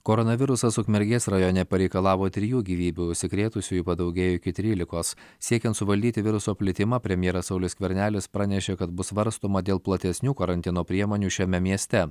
koronavirusas ukmergės rajone pareikalavo trijų gyvybių užsikrėtusiųjų padaugėjo iki trylikos siekiant suvaldyti viruso plitimą premjeras saulius skvernelis pranešė kad bus svarstoma dėl platesnių karantino priemonių šiame mieste